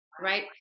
right